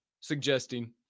suggesting